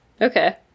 Okay